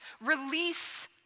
release